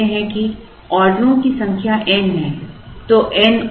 मान लेते हैं कि ऑर्डरों की संख्या n है